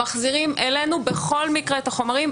מחזירים אלינו בכל מקרה את החומרים,